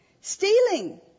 stealing